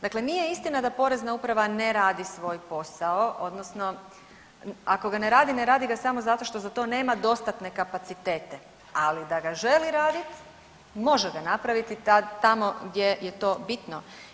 Dakle, nije istina da Porezna uprava ne radi svoj posao odnosno ako ga ne radi, ne radi ga samo zato što za to nema dostatne kapacitete, ali da ga želi radit može ga napraviti tamo gdje je to bitno.